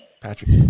Patrick